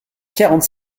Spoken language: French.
quarante